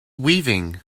weaving